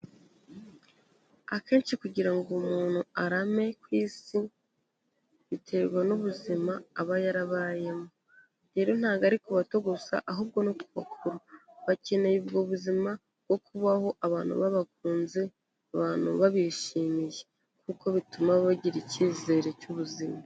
Akenshi kugira ngo umuntu arame ku isi, biterwa n'ubuzima aba yarabayemo, rero ntago ari ku bato gusa ahubwo no kubakuru bakeneye ubwo buzima bwo kubaho abantu babakunze abantu babishimiye, kuko bituma bagira icyizere cy'ubuzima.